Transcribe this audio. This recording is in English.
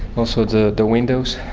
also the the windows,